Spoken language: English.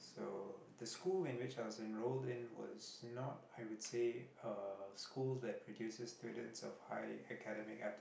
so the school in which I was enrolled in was not I would say a school that produces students of high academic aptitude